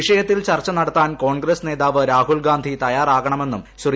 വിഷയത്തിൽ ചർച്ച നടത്താൻ കോൺഗ്രസ് നേതാവ് രാഹുൽ ഗാന്ധി തയ്യാറാകണമെന്നും ശ്രീ